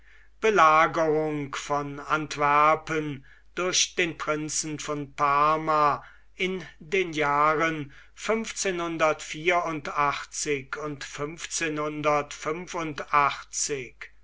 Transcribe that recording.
belagerung von antwerpen durch den prinzen von parma in den jahren und